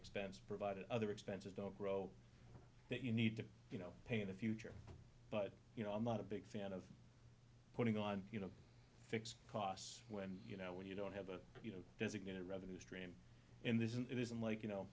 expenses provided other expenses don't grow that you need to you know pay in the future but you know i'm not a big fan of putting on fixed costs when you know when you don't have a designated revenue stream in this isn't it isn't like you know